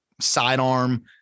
sidearm